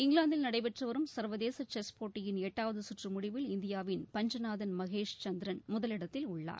இங்கிலாந்தில் நடைபெற்று வரும் சர்வதேச செஸ் போட்டியின் எட்டாவது சுற்று முடிவில் இந்தியாவின் பஞ்சநாதன் மகேஷ் சந்திரன் முதலிடத்தில் உள்ளார்